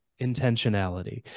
intentionality